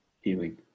healing